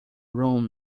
room